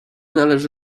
należy